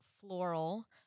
floral